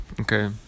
Okay